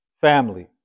family